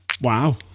Wow